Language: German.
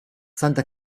santa